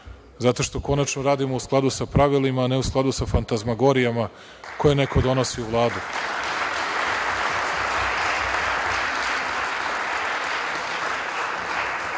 Zato što konačno radimo u skladu sa pravilima, a ne u skladu sa fantazmagorijama koje neko donosi u